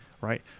right